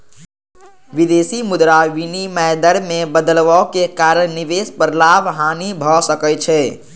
विदेशी मुद्रा विनिमय दर मे बदलाव के कारण निवेश पर लाभ, हानि भए सकै छै